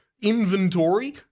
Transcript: inventory